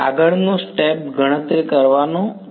આગળનું સ્ટેપ ગણતરી કરવાનું છે